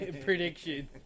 prediction